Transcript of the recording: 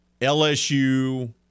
LSU –